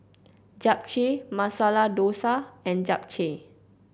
Japchae Masala Dosa and Japchae